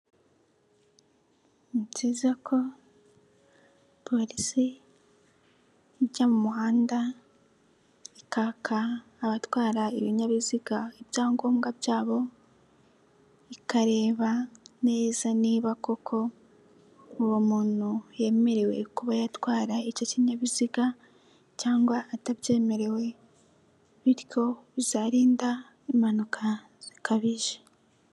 Ni byiza ko Polisi ijya mu muhanda ikaka abatwara ibinyabiziga ibyangombwa byabo ikareba neza niba koko uwo muntu yemerewe kuba yatwara icyo kinyabiziga cyangwa atabyemerewe bityo bizarinda impanuka zikabije.